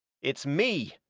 it's me,